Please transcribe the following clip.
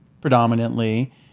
predominantly